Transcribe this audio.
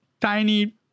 tiny